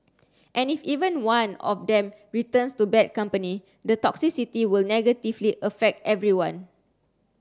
and if even one of them returns to bad company the toxicity will negatively affect everyone